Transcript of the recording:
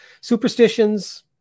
Superstitions